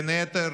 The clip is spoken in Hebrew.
בין היתר